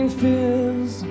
fills